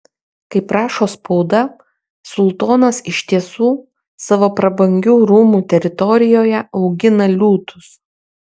kaip rašo spauda sultonas iš tiesų savo prabangių rūmų teritorijoje augina liūtus